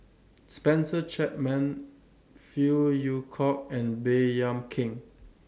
Spencer Chapman Phey Yew Kok and Baey Yam Keng